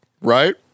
right